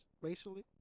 racially